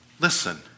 Listen